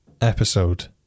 episode